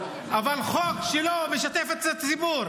אבל חוק שלא משתף את הציבור